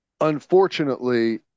unfortunately